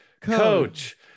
coach